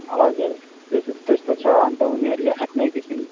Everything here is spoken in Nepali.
हजुर त्यसो त्यस्तो छ अन्त उनीहरूले आफ्नै किसिम